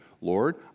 Lord